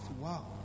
Wow